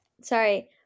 sorry